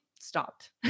stopped